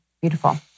Beautiful